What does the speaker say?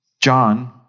John